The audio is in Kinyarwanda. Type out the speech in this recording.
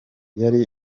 yari